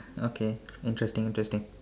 okay interesting interesting